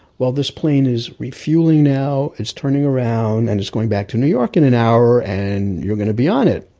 well this plane is refueling now, it's turning around, and it's going back to new york in an hour, and you're going to be on it.